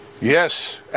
Yes